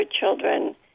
children